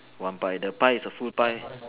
one pie the pie is a full pie